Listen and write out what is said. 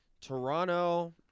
Toronto